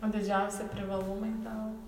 o didžiausi privalumai tau